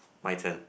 my turn